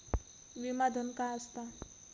विमा धन काय असता?